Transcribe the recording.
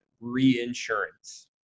Reinsurance